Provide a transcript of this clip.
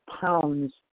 pounds